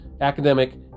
academic